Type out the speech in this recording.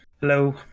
Hello